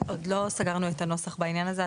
עוד לא סגרנו את הנוסח בעניין הזה,